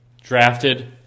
drafted